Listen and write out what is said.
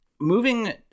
Moving